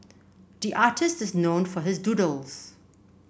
the artist is known for his doodles